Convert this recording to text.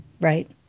Right